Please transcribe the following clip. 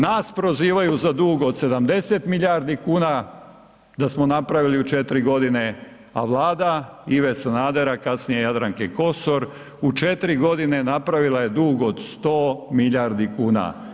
Nas prozivaju za dug od 70 milijardi kuna, da smo napravili u 4 godine, a vlada Ive Sanadera kasnije Jadranke Kosor u 4 godine napravila je dug od 100 milijardi kuna.